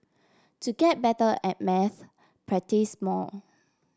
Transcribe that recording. to get better at maths practise more